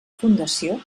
fundació